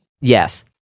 yes